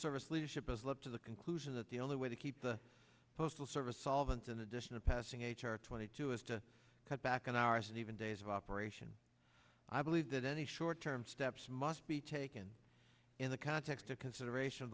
service leadership has led to the conclusion that the only way to keep the postal service solvent in addition to passing h r twenty two is to cut back on hours and even days of operation i believe that any short term steps must be taken in the context of consideration